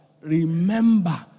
Remember